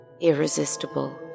Irresistible